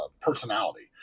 personality